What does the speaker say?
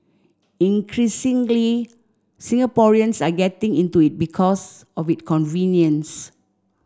increasingly Singaporeans are getting into it because of it convenience